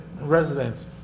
residents